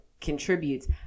contributes